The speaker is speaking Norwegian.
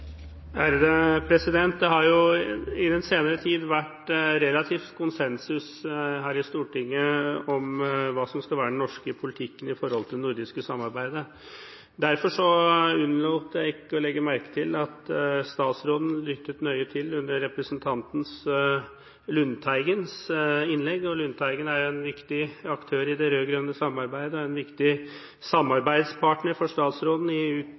har jo i den senere tid vært relativ konsensus her i Stortinget om hva som skal være den norske politikken i forhold til det nordiske samarbeidet. Derfor unnlot jeg ikke å legge merke til at statsråden lyttet nøye under representanten Lundteigens innlegg. Lundteigen er jo en viktig aktør i det rød-grønne samarbeidet og en viktig samarbeidspartner for statsråden i